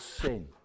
sin